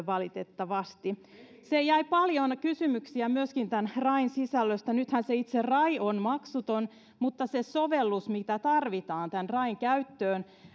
valitettavasti sinne jäi paljon kysymyksiä myöskin tämän rain sisällöstä nythän se itse rai on maksuton mutta se sovellus mikä tarvitaan tämän rain käyttöön